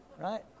right